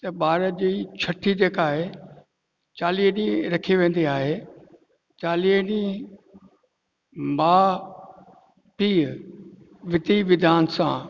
त ॿार जी छठी जेका आहे चालीहें ॾींहुं रखी वेंदी आहे चालीहें ॾींहुं माउ पीउ विधि विधान सां